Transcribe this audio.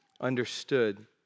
understood